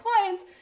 clients